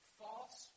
false